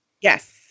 Yes